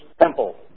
temple